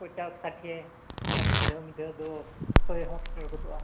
ᱯᱚᱧᱪᱪᱟᱥ ᱥᱟᱴᱮ ᱟᱨ ᱢᱤᱫ ᱫᱷᱟᱣ ᱢᱤᱫ ᱫᱷᱟᱣ ᱫᱚ ᱯᱟᱹᱭ ᱦᱚᱸ ᱥᱮᱴᱮᱨ ᱜᱚᱫᱚᱜᱼᱟ